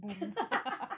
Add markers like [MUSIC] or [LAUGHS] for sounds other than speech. [LAUGHS]